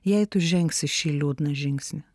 jei tu žengsi šį liūdną žingsnį